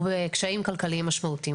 הוא בקשיים כלכליים משמעותיים,